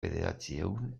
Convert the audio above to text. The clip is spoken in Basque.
bederatziehun